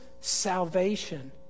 salvation